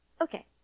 okay